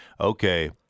okay